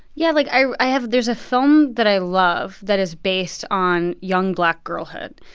yeah, like, i i have there's a film that i love that is based on young black girlhood.